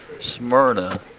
Smyrna